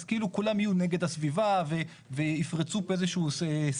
אז כאילו כולם יהיו נגד הסביבה ויפרצו פה איזה שהוא סכר.